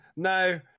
No